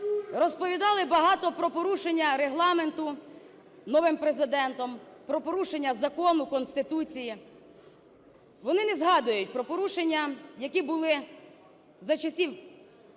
розповідали багато про порушення Регламенту новим Президентом, про порушення закону, Конституції. Вони не згадують про порушення, які були за часів